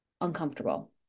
uncomfortable